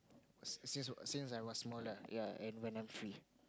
since since I was smaller ya and when I'm free